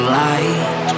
light